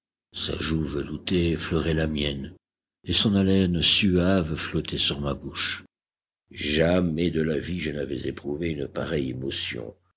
sa joue veloutée effleurait la mienne et son haleine suave flottait sur ma bouche jamais de la vie je n'avais éprouvé une pareille émotion